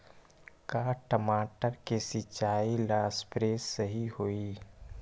का टमाटर के सिचाई ला सप्रे सही होई?